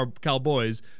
cowboys